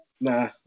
Nah